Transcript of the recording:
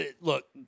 look